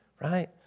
right